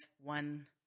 one